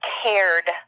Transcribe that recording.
cared